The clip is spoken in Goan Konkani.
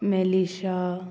मेलिशा